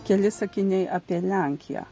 keli sakiniai apie lenkiją